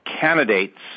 candidates